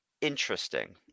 interesting